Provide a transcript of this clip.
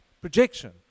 projection